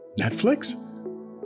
Netflix